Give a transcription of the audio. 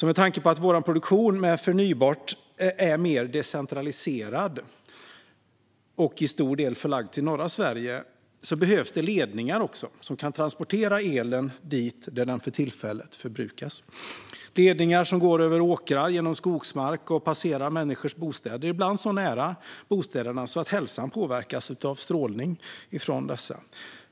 Med tanke på att vår produktion med förnybart är mer decentraliserad och till stor del förlagd till norra Sverige behövs det ledningar som kan transportera elen dit där den för tillfället förbrukas - ledningar som går över åkrar, genom skogsmark och passerar människors bostäder, ibland så nära att hälsan påverkas av strålningen från dessa.